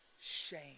shame